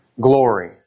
glory